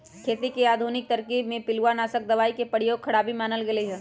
खेती के आधुनिक तरकिब में पिलुआनाशक दबाई के प्रयोग खराबी मानल गेलइ ह